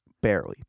Barely